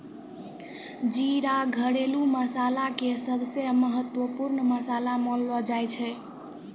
जीरा घरेलू मसाला के सबसॅ महत्वपूर्ण मसाला मानलो जाय छै